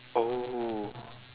oh